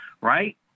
right